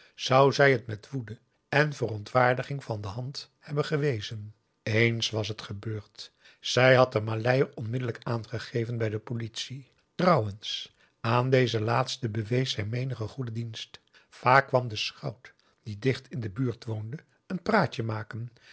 zou zij het met woede en verontwaardiging van de hand hebben gewezen eens was het gebeurd zij had den maleier onmiddellijk aangegeven bij de politie trouwens aan deze laatste bewees zij menigen goeden dienst vaak kwam de schout die dicht in de buurt woonde een praatje maken